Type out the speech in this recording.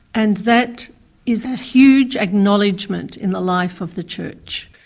and that is a huge acknowledgement in the life of the church.